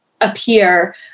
appear